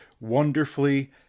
wonderfully